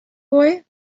boy